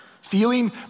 Feeling